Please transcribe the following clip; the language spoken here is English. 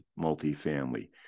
multifamily